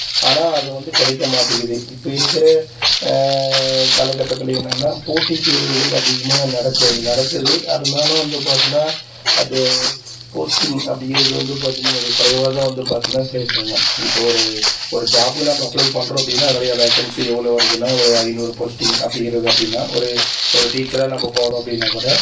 ஆனால் அது வந்து கிடைக்க மாட்டேங்கிது இப்போ இருக்கிற காலக்கட்டத்தில் என்னென்னால் போட்டித் தேர்வுகள் அதிகமாக நடக்கு நடக்குது அது இருந்தாலும் வந்து பார்த்தீன்னா அது போஸ்ட்டிங் அப்படிங்கிறது வந்து பார்த்தீங்கன்னா அது குறைவா தான் வந்து பார்த்தீன்னா கேட்கறாங்க இப்போது ஒரு ஒரு ஜாப்புக்கு நாம் அப்ளை பண்ணுறோம் அப்படின்னா அதனுடைய வேக்கன்சி எவ்வளோ வருதுன்னால் ஒரு ஐந்நூறு போஸ்ட்டிங் அப்படிங்கிறது அப்படின்னா ஒரு ஒரு டீச்சராக நாம் போகிறோம் அப்படின்னா கூட